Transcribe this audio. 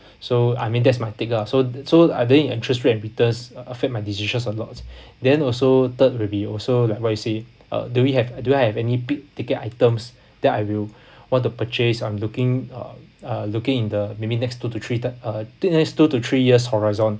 so I mean that's my take lah so so I think interest rate and returns a~ affect my decisions a lot then also third review also like what you say uh do we have do I have any big ticket items that I will want to purchase I'm looking uh uh looking in the maybe next two to three third uh next two to three years horizon